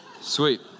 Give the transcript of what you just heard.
sweet